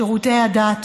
שירותי הדת,